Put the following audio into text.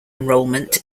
enrollment